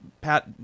Pat